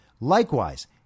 Likewise